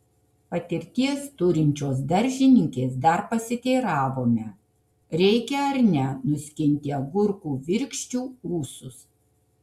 patirties turinčios daržininkės dar pasiteiravome reikia ar ne nuskinti agurkų virkščių ūsus